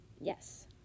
yes